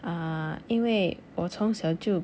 ah 因为我从小就